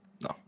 No